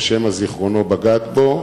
או שמא זיכרונו בגד בו.